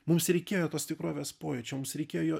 mums reikėjo tos tikrovės pojūčio mums reikėjo jo